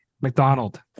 McDonald